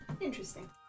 Interesting